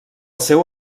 seu